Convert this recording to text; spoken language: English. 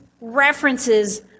references